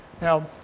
Now